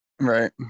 Right